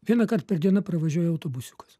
vienąkart per dieną pravažiuoja autobusiukas